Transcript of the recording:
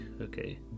Okay